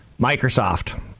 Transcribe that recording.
Microsoft